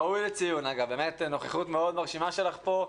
ראוי לציון, אגב, נוכחות מאוד מרשימה שלך פה.